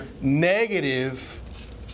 negative